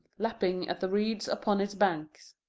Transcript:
lapping at the reeds upon its banks.